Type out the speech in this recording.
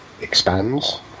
expands